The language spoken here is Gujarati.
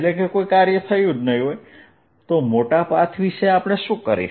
તો મોટા પાથ વિશે શું કરીશું